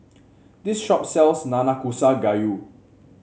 this shop sells Nanakusa Gayu